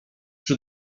czy